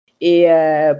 Et